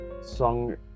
song